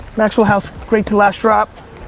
maxwell house, great to the last drop,